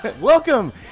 Welcome